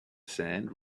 sand